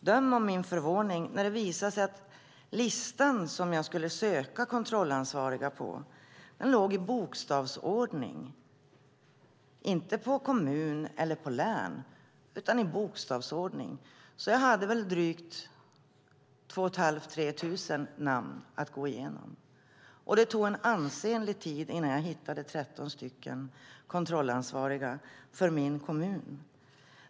Döm om min förvåning när det visade sig att listan på kontrollansvariga låg i bokstavsordning, inte kommunvis eller länsvis utan bara i bokstavsordning. Där fanns 2 500-3 000 namn att gå igenom. Det tog en ansenlig tid innan jag hittade 13 kontrollansvariga för min kommun.